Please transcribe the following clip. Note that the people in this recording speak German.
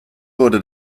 wurde